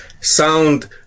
sound